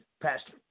Pastor